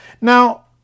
Now